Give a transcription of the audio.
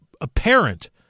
Apparent